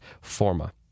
forma